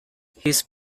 his